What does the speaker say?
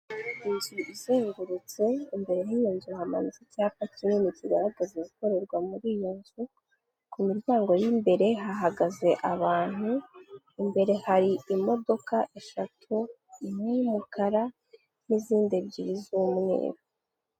Inzu izengurutse, imbere yiyo nzu hamanitse icyapa kinini kigaragaza ibikorerwa muri iyo nzu, kumiryango y'imbere, hahagaze abantu, imbere hari imodoka eshatu, imwe y'umukara, n'izindi ebyiri z'umweru.